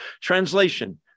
Translation